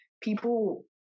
people